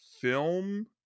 film